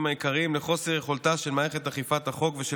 העיקריים לחוסר יכולתה של מערכת אכיפת החוק ושל